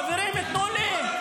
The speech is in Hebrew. חברים, תנו לי.